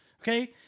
Okay